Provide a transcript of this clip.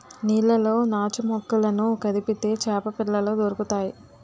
నీళ్లలో నాచుమొక్కలను కదిపితే చేపపిల్లలు దొరుకుతాయి